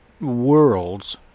worlds